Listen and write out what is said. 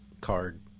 card